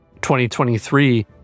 2023